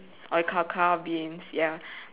cacao beans ya